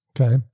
Okay